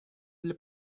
для